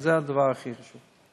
וזה הדבר הכי חשוב,